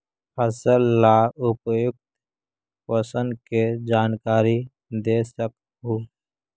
फसल ला उपयुक्त पोषण के जानकारी दे सक हु?